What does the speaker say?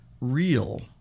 real